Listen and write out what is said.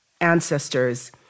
ancestors